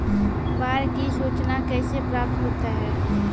बाढ की सुचना कैसे प्राप्त होता हैं?